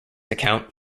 account